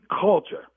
culture